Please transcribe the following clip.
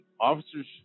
officers